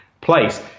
place